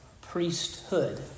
priesthood